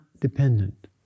dependent